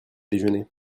déjeuner